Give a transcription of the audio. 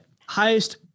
Highest